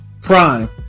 prime